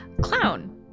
clown